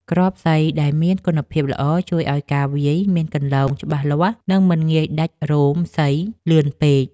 គ្រាប់សី ដែលមានគុណភាពល្អជួយឱ្យការវាយមានគន្លងច្បាស់លាស់ និងមិនងាយដាច់រោមសីលឿនពេក។